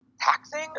taxing